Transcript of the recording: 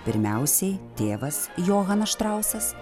pirmiausiai tėvas johanas štrausas